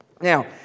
Now